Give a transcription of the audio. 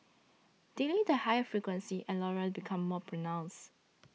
delete the higher frequencies and Laurel becomes more pronounced